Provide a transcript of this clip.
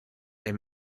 him